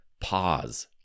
pause